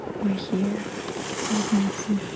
or hear certain so